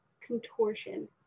contortion